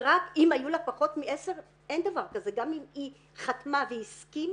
גם אם היא חתמה והסכימה,